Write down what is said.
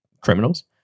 criminals